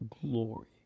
glory